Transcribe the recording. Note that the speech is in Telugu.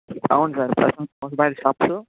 అవును సార్ ప్రసాద్ మొబైల్ షాప్సు